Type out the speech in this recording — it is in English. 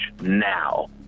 now